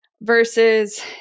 versus